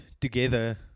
together